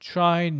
Try